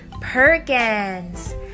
Perkins